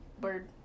bird